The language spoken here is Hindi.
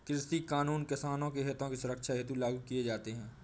कृषि कानून किसानों के हितों की सुरक्षा हेतु लागू किए जाते हैं